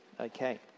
Okay